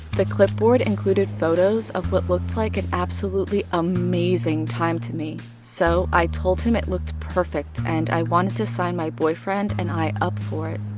the clipboard included photos of what looked like an absolutely amazing time to me, so i told him it looked perfect and i wanted to sign my boyfriend and i up for it.